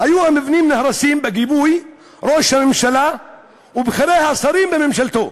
היו המבנים נהרסים בגיבוי ראש הממשלה ובכירי השרים בממשלתו.